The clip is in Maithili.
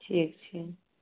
ठीक छै